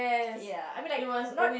yeah I mean like not